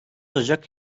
ocak